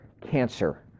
cancer